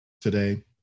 today